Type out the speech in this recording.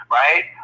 right